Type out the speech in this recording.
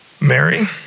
Mary